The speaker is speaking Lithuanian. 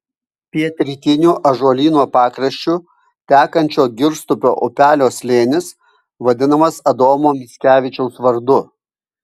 pietrytiniu ąžuolyno pakraščiu tekančio girstupio upelio slėnis vadinamas adomo mickevičiaus vardu